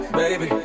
baby